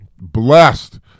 blessed